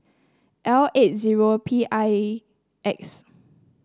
L eight zero P I X